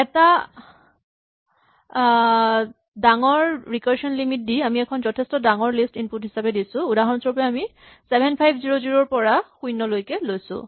এটা ডাঙৰ recursion limit দি আমি এখন যথেষ্ঠ ডাঙৰ লিষ্ট ইনপুট হিচাপে দিছো উদাহৰণস্বৰূপে আমি ৭৫০০ ৰ পৰা শূণ্যলৈকে লৈছো